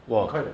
correct